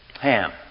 Ham